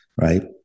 right